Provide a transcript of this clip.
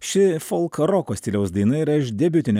ši folkroko stiliaus daina yra iš debiutinio